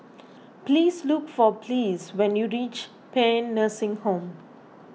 please look for Ples when you reach Paean Nursing Home